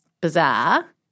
bizarre